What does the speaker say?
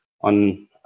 on